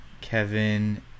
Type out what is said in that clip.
Kevin